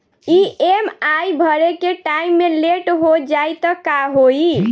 EMI भरे के time मे लेट हो जायी त का होई?